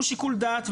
יש לנו שיקול דעת.